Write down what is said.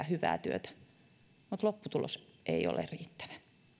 hyvää työtä mutta lopputulos ei ole riittävä